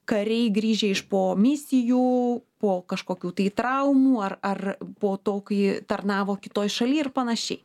kariai grįžę iš po misijų po kažkokių tai traumų ar ar po to kai tarnavo kitoj šaly ir panašiai